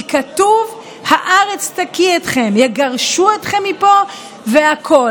כי כתוב: הארץ תקיא אתכם, יגרשו אתכם מפה והכול.